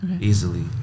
easily